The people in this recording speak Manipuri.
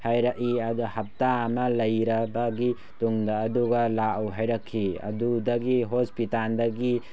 ꯍꯥꯏꯔꯛꯏ ꯑꯗꯣ ꯍꯞꯇꯥ ꯑꯃ ꯂꯩꯔꯕꯒꯤ ꯇꯨꯡꯗ ꯑꯗꯨꯒ ꯂꯥꯛꯎ ꯍꯥꯏꯔꯛꯈꯤ ꯑꯗꯨꯗꯒꯤ ꯍꯣꯁꯄꯤꯇꯥꯜꯗꯒꯤ